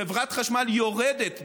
חברת חשמל יורדת,